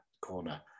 corner